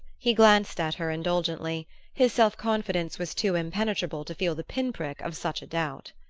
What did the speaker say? he glanced at her indulgently his self-confidence was too impenetrable to feel the pin-prick of such a doubt.